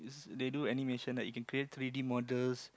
they do animation like you can create three-d models